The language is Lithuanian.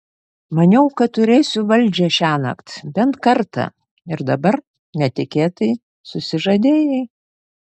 maniau kad turėsiu valdžią šiąnakt bent kartą ir dabar netikėtai susižadėjai